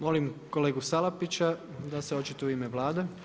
Molim kolegu Salapića da se očituje u ime Vlade.